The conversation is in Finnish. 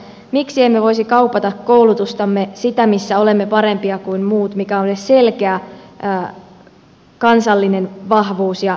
miksi emme voisi kaupata koulutustamme sitä missä olemme parempia kuin muut mikä on selkeä kansallinen vahvuus ja ylpeydenaihe